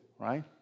right